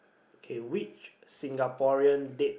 okay which Singaporean dead